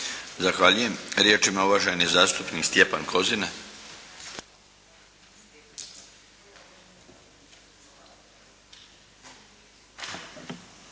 Zahvaljujem. Riječ ima uvaženi zastupnik Stjepan Kozina.